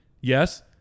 Yes